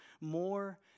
more